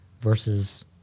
versus